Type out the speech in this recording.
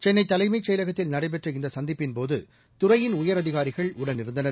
சென்னைதலைமைச் செயலகத்தில் நடைபெற்ற இந்தசந்திப்பின்போது துறையின் உயரதிகாரிகள் உடன் இருந்தனர்